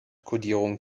kodierung